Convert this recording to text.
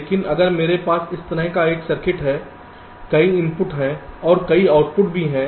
लेकिन अगर मेरे पास इस तरह का एक सर्किट है कई इनपुट हैं और कई आउटपुट भी हैं